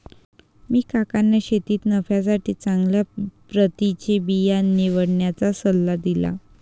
मी काकांना शेतीत नफ्यासाठी चांगल्या प्रतीचे बिया निवडण्याचा सल्ला दिला